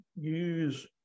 use